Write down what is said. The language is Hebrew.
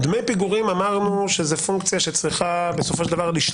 אמרנו שדמי פיגורים הם פונקציה שצריכה